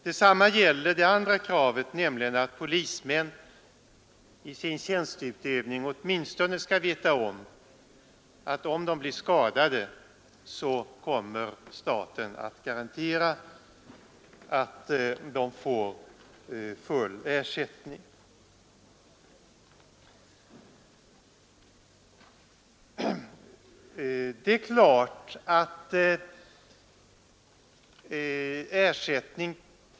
Detsamma gäller det andra kravet, nämligen att polismän i sin tjänsteutövning åtminstone skall veta att om de blir skadade, kommer staten att garantera dem full ersättning.